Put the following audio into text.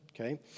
okay